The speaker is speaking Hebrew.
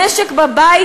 נשק בבית,